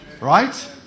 right